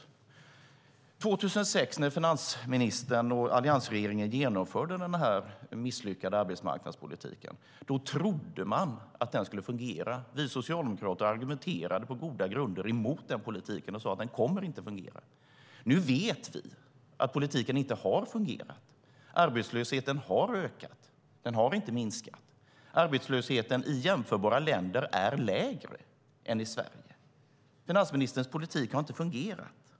År 2006 när finansministern och alliansregeringen införde den misslyckade arbetsmarknadspolitiken trodde man att den skulle fungera. Vi socialdemokrater argumenterade på goda grunder emot den politiken och sade att den inte kommer att fungera. Nu vet vi att politiken inte har fungerat. Arbetslösheten har ökat, den har inte minskat. Arbetslösheten i jämförbara länder är lägre än i Sverige. Finansministerns politik har inte fungerat.